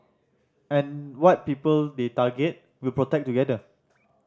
and what people they target we'll protect together